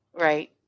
right